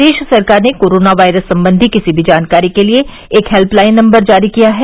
प्रदेश सरकार ने corona virus सम्बन्धी किसी भी जानकारी के लिये एक हेल्यलाइन नम्बर जारी किया है